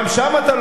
גם שם אתה לא סומך?